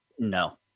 No